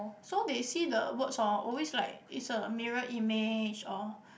so they see the words hor always like is a mirror image or